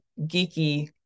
geeky